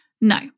No